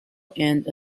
and